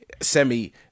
semi